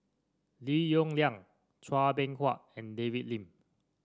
Lim Yong Liang Chua Beng Huat and David Lim